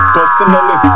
Personally